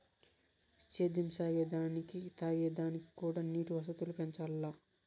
సేద్యం సాగే దానికి తాగే దానిక్కూడా నీటి వసతులు పెంచాల్ల